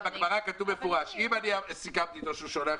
בגמרא בבא מציעא כתוב במפורש: אם סיכמתי איתו שהוא שולח